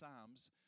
psalms